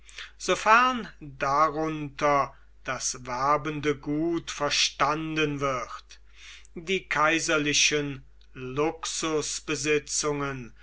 darunter das werbende gut verstanden wird die kaiserlichen